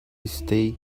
stay